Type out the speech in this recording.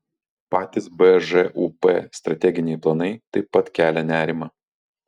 patys bžūp strateginiai planai taip pat kelia nerimą